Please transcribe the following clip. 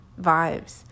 vibes